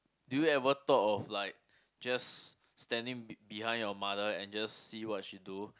do you ever thought of like just standing be behind your mother and just see what she do